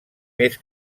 més